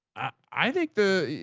i think the,